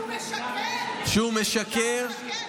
זו הייתה הקונספציה, ולשמחתנו היא